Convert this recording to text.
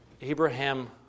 Abraham